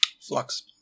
flux